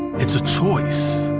it's a choice,